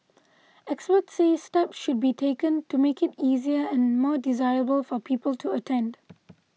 experts say steps should be taken to make it easier and more desirable for people to attend